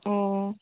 ꯑꯣ